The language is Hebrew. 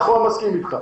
נכון, אני מסכים אתך.